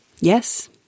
Yes